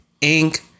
Inc